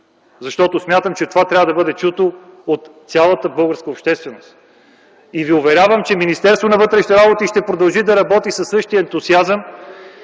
защото смятам, че това трябва да бъде чуто от цялата българска общественост. И ви уверявам, че Министерството на вътрешните работи ще продължи да работи със същия ентусиазъм